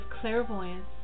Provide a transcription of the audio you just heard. clairvoyance